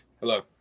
Hello